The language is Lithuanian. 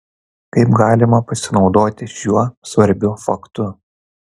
kaip galima pasinaudoti šiuo svarbiu faktu